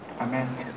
Amen